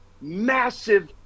massive